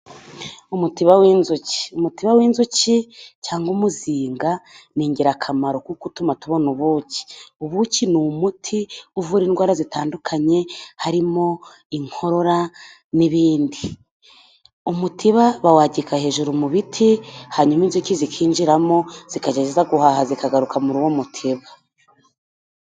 Umutiba w'inzuki. Umutiba w'inzuki cyangwa umuzinga， ni ingirakamaro，kuko utuma tubona ubuki，ubuki ni umuti uvura indwara zitandukanye， harimo inkorora n'ibindi. Umutiba bawagika hejuru mu biti， hanyuma inzuki zikinjiramo， zikajya zijya guhaha，zikagaruka muri uwo mutiba.